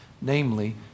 namely